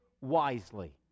wisely